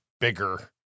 bigger